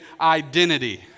identity